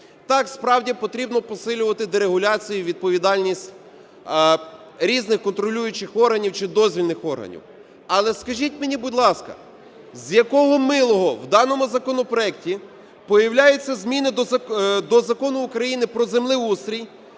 Так, справді, потрібно посилювати дерегуляцію, відповідальність різних контролюючих органів чи дозвільних органів. Але, скажіть мені, будь ласка, з якого милого в даному законопроекті появляються зміни до Закону України про землеустрій,